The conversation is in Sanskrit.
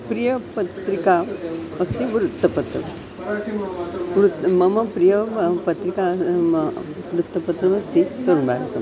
प्रियपत्रिका अस्ति वृत्तपत्रं वृत् मम प्रिया पत्रिका वृत्तपत्रमस्ति तरुणभारतम्